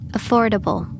Affordable